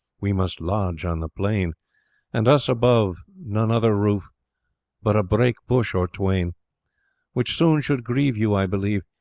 we must lodge on the plain and, us above, none other roof but a brake bush, or twain which soon should grieve you, i believe,